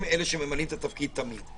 הם אלה שממלאים את התפקיד תמיד.